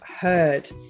heard